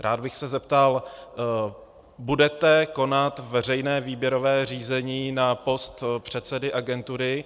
Rád bych se zeptal: Budete konat veřejné výběrové řízení na post předsedy agentury?